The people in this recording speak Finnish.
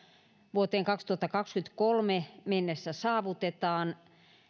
vuoteen kaksituhattakaksikymmentäkolme mennessä saavutetaan